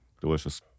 Delicious